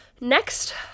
next